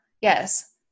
yes